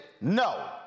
No